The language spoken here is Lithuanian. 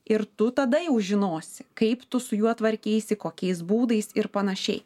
ir tu tada jau žinosi kaip tu su juo tvarkeisi kokiais būdais ir panašiai